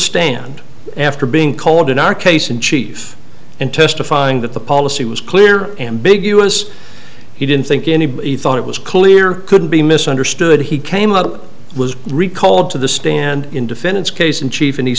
stand after being called in our case in chief and testifying that the policy was clear ambiguous he didn't think anybody thought it was clear couldn't be misunderstood he came up was recalled to the stand in defense case in chief and he